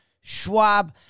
Schwab